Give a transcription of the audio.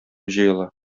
җыела